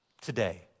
today